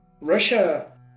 Russia